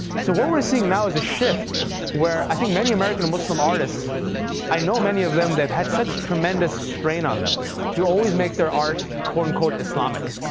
so what we're seeing now is a shift where i think many american muslim artists i know many of them. they've had such tremendous strain on them to always make their art quote-unquote islamic.